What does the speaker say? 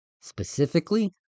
specifically